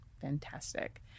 Fantastic